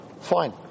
Fine